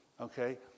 okay